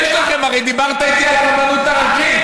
יש לכם, הרי, דיברת איתי על הרבנות הראשית.